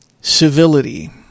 civility